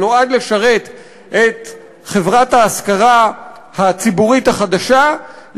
שנועד לשרת את חברת ההשכרה הציבורית החדשה,